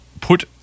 put